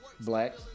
Black